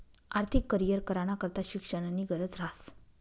आर्थिक करीयर कराना करता शिक्षणनी गरज ह्रास